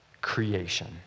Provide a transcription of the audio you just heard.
Creation